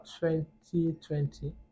2020